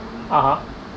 (uh huh)